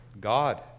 God